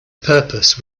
purpose